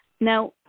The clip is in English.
Now